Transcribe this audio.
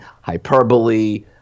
hyperbole